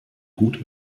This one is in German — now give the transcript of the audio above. gut